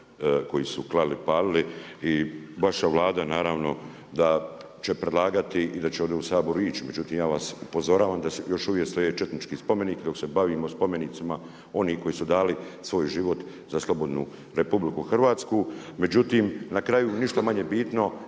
koji su klali, palili. I vaša Vlada naravno, da će predlagati i da će ovdje u Saboru ići, međutim, ja vas upozoravam da još uvijek stoje četnički spomenik, dok se bavimo spomenicima oni koji su dali svoj život za slobodnu RH. Međutim, na kraju ništa manje bitno,